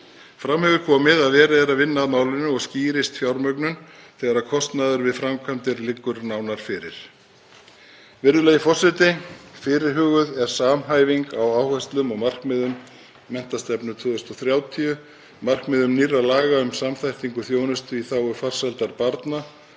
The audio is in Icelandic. Fram hefur komið að verið er að vinna að málinu og skýrist fjármögnun þegar kostnaður við framkvæmdir liggur nánar fyrir. Virðulegi forseti. Fyrirhuguð er samhæfing á áherslum og markmiðum menntastefnu 2030, markmiðum nýrra laga um samþættingu þjónustu í þágu farsældar barna,